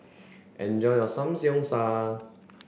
enjoy your Samg